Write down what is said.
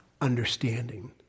understanding